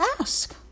ask